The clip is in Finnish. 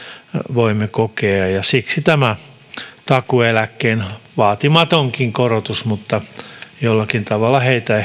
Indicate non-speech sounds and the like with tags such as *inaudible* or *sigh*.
voimme kokea ja siksi tämä takuueläkkeen vaatimatonkin korotus jollakin tavalla heitä *unintelligible*